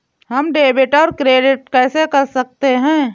हम डेबिटऔर क्रेडिट कैसे कर सकते हैं?